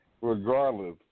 regardless